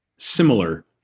similar